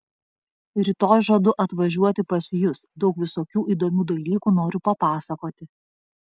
rytoj žadu atvažiuoti pas jus daug visokių įdomių dalykų noriu papasakoti